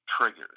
triggers